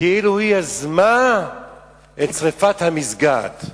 כאילו היא יזמה את שרפת המסגד.